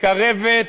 מקרבת,